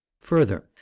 Further